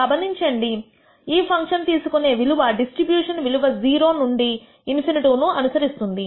గమనించండి ఈ ఫంక్షన్ తీసుకునే విలువ డిస్ట్రిబ్యూషన్ విలువ 0 అ నుండి ∞ ను అనుసరిస్తుంది